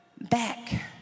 back